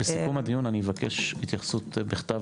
בסיכום הדיון אני אבקש התייחסות בכתב